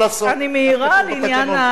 כך כתוב בתקנון.